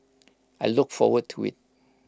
I look forward to IT